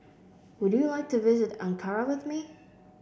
would you like to visit Ankara with me